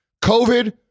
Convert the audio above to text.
Covid